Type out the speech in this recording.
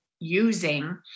Using